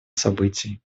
событий